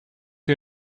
you